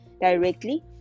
directly